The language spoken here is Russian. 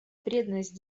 преданность